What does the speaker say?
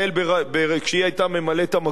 כשהיא היתה אז ממלאת-המקום.